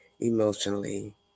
emotionally